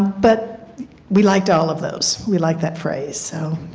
but we liked all of those. we like that phrase. so